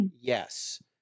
yes